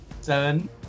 Seven